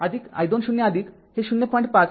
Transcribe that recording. तर ic 0 हे ०